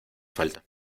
falta